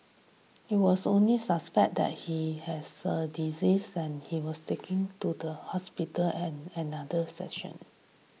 it was only suspected that he has a disease and he was taken to the hospital and another section